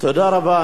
תודה רבה.